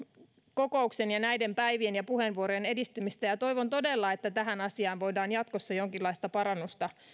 kokouksen ja näiden päivien ja puheenvuorojen edistymistä ja toivon todella että tähän asiaan voidaan jatkossa jonkinlaista parannusta